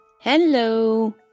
Hello